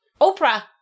Oprah